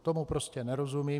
Tomu prostě nerozumím.